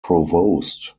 provost